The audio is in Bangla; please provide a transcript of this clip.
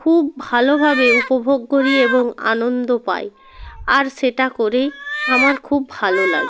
খুব ভালোভাবে উপভোগ করি এবং আনন্দ পাই আর সেটা করেই আমার খুব ভালো লাগে